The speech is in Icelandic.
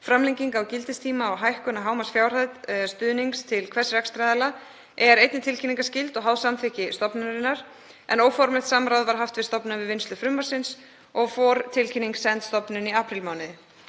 Framlenging á gildistíma og hækkun á hámarksfjárhæð stuðnings til hvers rekstraraðila er einnig tilkynningarskyld og háð samþykki stofnunarinnar en óformlegt samráð var haft við stofnunina við vinnslu frumvarpsins og fortilkynning send henni í aprílmánuði.